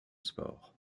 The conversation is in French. sport